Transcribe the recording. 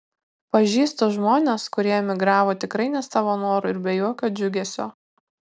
pažįstu žmones kurie emigravo tikrai ne savo noru ir be jokio džiugesio